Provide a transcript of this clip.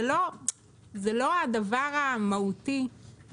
גודלו של התקציב זה לא הדבר המהותי במשרד,